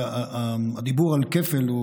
הדיבור על כפל הוא